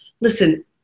listen